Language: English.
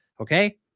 Okay